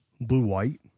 blue-white